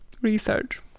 research